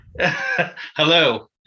Hello